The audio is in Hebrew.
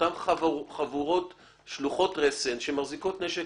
באותן חבורות שלוחות רסן שמחזיקות נשק